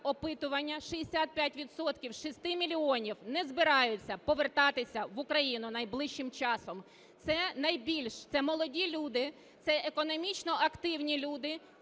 опитування: 65 відсотків з 6 мільйонів не збираються повертатися в Україну найближчим часом, це, найбільш, це молоді люди, це економічно-активні люди,